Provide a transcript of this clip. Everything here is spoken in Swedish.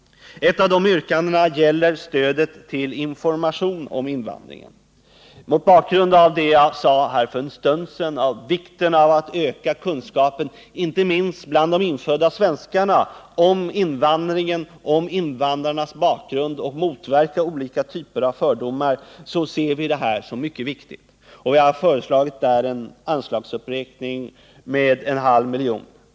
Ett av yrkandena gäller stödet till information om invandringen. Mot bakgrund av vad jag sade för en stund sedan om vikten av att öka kunskapen, inte minst bland de infödda svenskarna, om invandringen och invandrarnas bakgrund för att motverka olika typer av fördomar anser vi att detta är mycket viktigt. Här har vi därför föreslagit en anslagsuppräkning med en halv miljon.